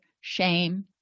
shame